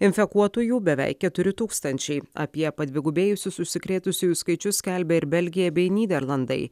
infekuotųjų beveik keturi tūkstančiai apie padvigubėjusius užsikrėtusiųjų skaičius skelbia ir belgija bei nyderlandai